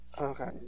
Okay